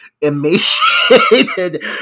emaciated